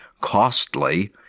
costly